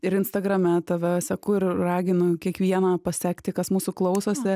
ir instagrame tave seku ir raginu kiekvieną pasekti kas mūsų klausosi